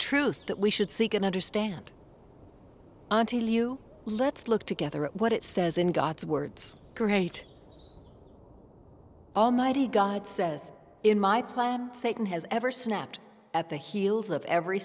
truth that we should seek and understand until you let's look together at what it says in god's words great almighty god says in my plan they can have ever snapped at the heels of every